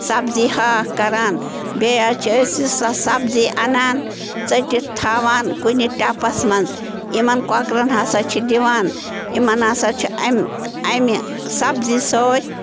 سبزی ہاکھ کران بیٚیہِ حظ چھِ أسۍ یہِ سۄ سبزی اَنان ژٔٹِتھ تھاوان کُنہِ ٹَپَس منٛز یِمَن کۄکرَن ہسا چھِ دِوان یِمَن ہسا چھِ اَمہِ اَمہِ سبزی سۭتۍ